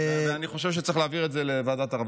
אני חושב שצריך להעביר את זה לוועדת הרווחה.